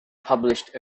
published